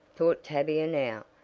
thought tavia now,